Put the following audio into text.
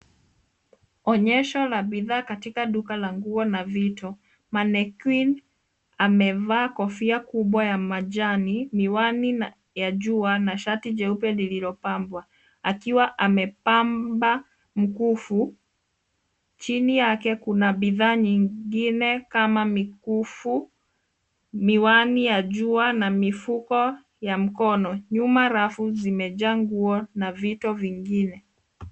Onyesho la bidhaa katika duka la nguo na vitu. Manekini amevaa kofia kubwa ya majani, miwani ya jua na shati jeupe lililopambwa akiwa amepamba mkufu. Chini yake kuna bidhaa nyingine kama mikufu, miwani ya jua na mifuko ya mkono. Nyuma rafu zimejaa nguo na vitu vingine.